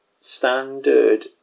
standard